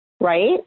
right